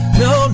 no